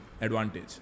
advantage